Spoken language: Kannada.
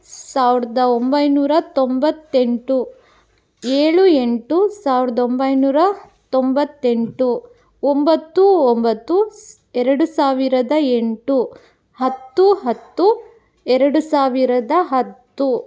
ಸಾವಿರದ ಒಂಬೈನೂರ ತೊಂಬತ್ತೆಂಟು ಏಳು ಎಂಟು ಸಾವಿರದ ಒಂಬೈನೂರ ತೊಂಬತ್ತೆಂಟು ಒಂಬತ್ತು ಒಂಬತ್ತು ಸ್ ಎರಡು ಸಾವಿರದ ಎಂಟು ಹತ್ತು ಹತ್ತು ಎರಡು ಸಾವಿರದ ಹತ್ತು